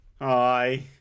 Aye